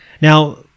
Now